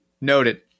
noted